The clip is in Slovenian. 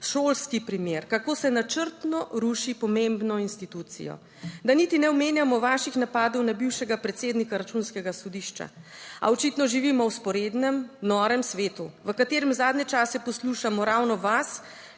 šolski primer, kako se načrtno ruši pomembno institucijo. Da niti ne omenjamo vaših napadov na bivšega predsednika Računskega sodišča. A očitno živimo v vzporednem norem svetu, v katerem zadnje čase poslušamo ravno vas,